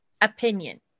opinion